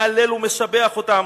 מהלל ומשבח אותם.